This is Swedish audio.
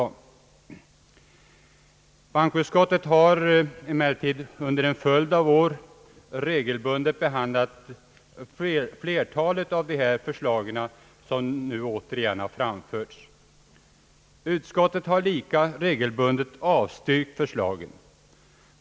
Bankoutskottet har under en följd av år regelbundet behandlat flertalet av de förslag som nu åter framförts. Utskottet har lika regelbundet avstyrkt förslagen.